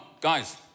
guys